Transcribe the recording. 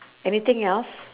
anything else